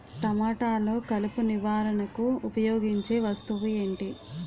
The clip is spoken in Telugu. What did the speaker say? టమాటాలో కలుపు నివారణకు ఉపయోగించే వస్తువు ఏంటి?